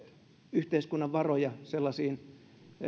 yhteiskunnan varoja sellaisiin